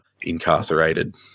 incarcerated